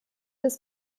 des